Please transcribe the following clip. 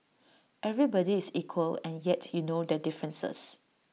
everybody is equal and yet you know their differences